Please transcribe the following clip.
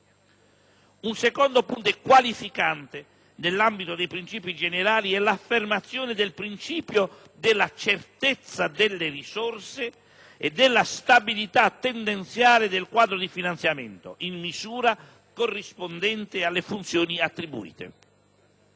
Un secondo punto qualificante nell'ambito dei principi generali è l'affermazione del principio della certezza delle risorse e della stabilità tendenziale del quadro di finanziamento, in misura corrispondente alle funzioni attribuite.